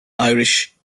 irish